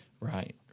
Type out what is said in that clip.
Right